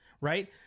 right